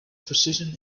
position